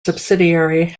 subsidiary